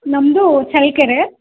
ನಮ್ಮದು ಚಳ್ಳಕೆರೆ